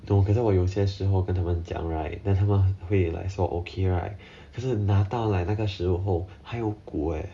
你懂我有些时候跟他们讲 right then 他们会来说 okay right 可是拿到 like 那个时候还有骨 eh